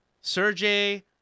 Sergey